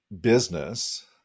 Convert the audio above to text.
business